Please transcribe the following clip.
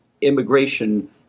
immigration